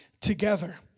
together